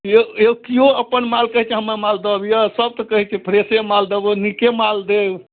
यौ यौ किओ अप्पन माल कहै छै हमर माल दब अइ सब तऽ कहै छै फ्रेशे माल देब नीके माल देब